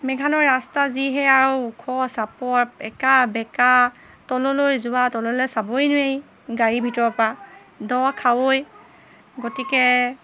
মেঘালয় ৰাস্তা যিহে আৰু ওখ চাপৰ একাো বেকা তললৈ যোৱা তললৈ চাবই নোৱাৰি গাড়ীৰ ভিতৰৰপৰা দ খাৱৈ গতিকে